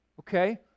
okay